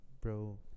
Bro